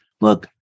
look